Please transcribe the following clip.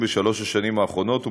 בשלוש השנים האחרונות,